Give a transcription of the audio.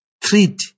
treat